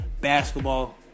basketball